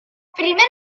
primeras